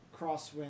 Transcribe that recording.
Crosswind